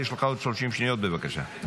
יש לך עוד 30 שניות, בבקשה.